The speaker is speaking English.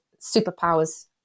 superpowers